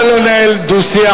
נא לא לנהל דו-שיח.